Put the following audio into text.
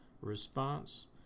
RESPONSE